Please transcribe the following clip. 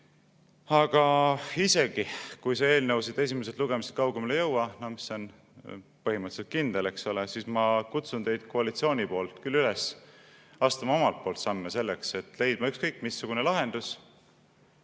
Aga isegi kui see eelnõu siit esimesest lugemisest kaugemale ei jõua, mis on põhimõtteliselt kindel, eks ole, kutsun ma üles teid, koalitsiooni, küll astuma omalt poolt samme selleks, et leida ükskõik missugune lahendus,